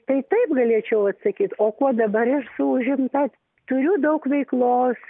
tai taip galėčiau atsakyt o kuo dabar esu užimta turiu daug veiklos